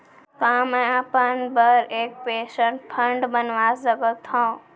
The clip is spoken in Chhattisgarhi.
का मैं अपन बर एक पेंशन फण्ड बनवा सकत हो?